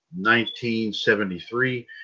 1973